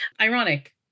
ironic